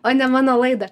o ne mano laidą